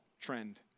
trend